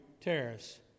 Terrace